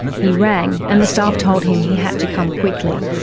he rang and the staff told him he had to come quickly.